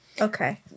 Okay